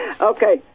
Okay